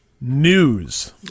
news